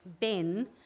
Ben